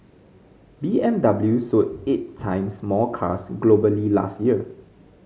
B M W sold eight times more cars globally last year